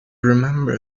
remember